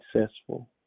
successful